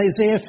Isaiah